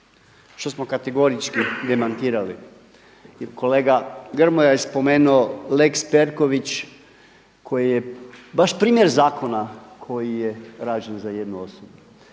što smo kategorički demantirali. I kolega Grmoja je spomenuo lex Perković koji je baš primjer zakona koji je rađen za jednu osobu.